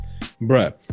Bruh